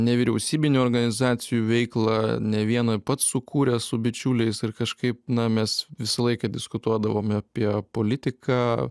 nevyriausybinių organizacijų veiklą ne vieną pats sukūręs su bičiuliais ir kažkaip na mes visą laiką diskutuodavome apie politiką